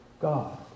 God